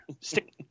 Stick